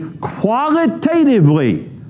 qualitatively